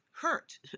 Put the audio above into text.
hurt